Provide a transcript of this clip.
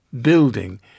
building